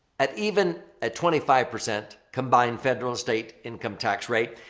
at even at twenty five percent combined federal-state income tax rate,